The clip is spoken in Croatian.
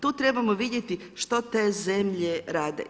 Tu trebamo vidjeti što te zemlje rade.